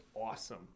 awesome